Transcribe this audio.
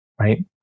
right